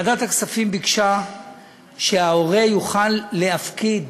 ועדת הכספים ביקשה שההורה יוכל להפקיד,